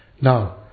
Now